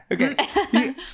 Okay